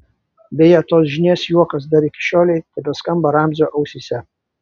beje tos žynės juokas dar iki šiolei tebeskamba ramzio ausyse